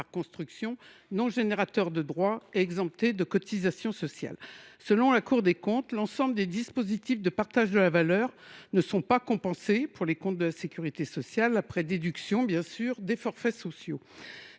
construction, non générateur de droits et exempté de cotisations. Selon la Cour des comptes, l’ensemble des dispositifs de partage de la valeur ne sont pas compensés pour les comptes de la sécurité sociale, même après prise en compte des forfaits sociaux.